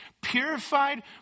purified